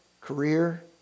career